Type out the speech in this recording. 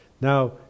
Now